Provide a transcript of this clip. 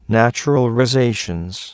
naturalizations